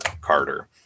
Carter